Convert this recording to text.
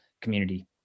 community